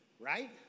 right